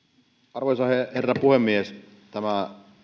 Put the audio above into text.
arvoisa herra puhemies tämä